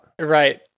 Right